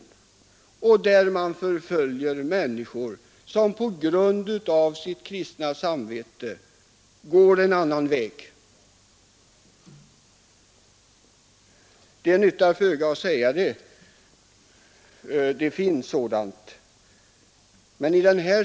Man förföljer där människor som på grund av sitt kristna samvete går en annan väg. Det nyttar föga att bara säga att sådant förekommer.